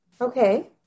Okay